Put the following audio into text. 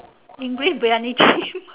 english buay an ne chim ah